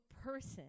person